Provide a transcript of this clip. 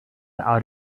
out